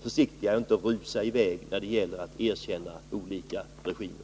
försiktiga och inte rusa i väg när det gäller att erkänna olika regimer.